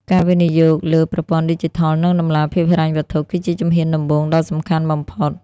ការវិនិយោគលើ "ប្រព័ន្ធឌីជីថល និងតម្លាភាពហិរញ្ញវត្ថុ" គឺជាជំហានដំបូងដ៏សំខាន់បំផុត។